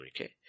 Okay